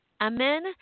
amen